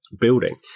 building